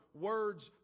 words